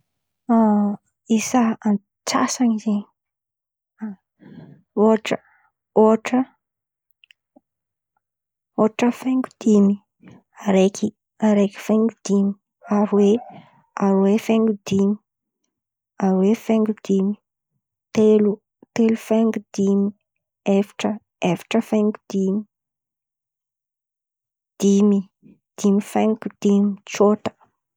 Isa antsasany zen̈y ôhatra faingo dimy, araiky, araiky faingo dimy, aroe, aroe faingo dimy, telo, telo faingo dimy, efatra, efatra faingo dimy, dimy, dimy faingo dimy, tsôta.